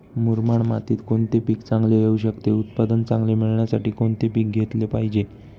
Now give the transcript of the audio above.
मुरमाड मातीत कोणते पीक चांगले येऊ शकते? उत्पादन चांगले मिळण्यासाठी कोणते पीक घेतले पाहिजे?